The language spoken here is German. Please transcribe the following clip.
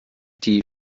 die